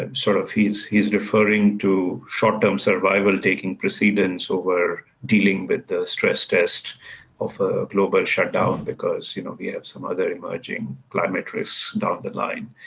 and sort of he's he's referring to short term survival taking precedence over dealing with the stress test of a global shutdown because you know we have some other emerging climate risks down the line.